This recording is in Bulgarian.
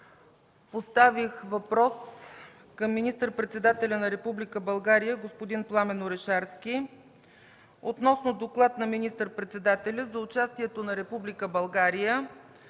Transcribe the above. поставих въпрос към министър-председателя на Република България господин Пламен Орешарски относно Доклад на министър-председателя за участието на Република България